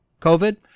covid